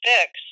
Fix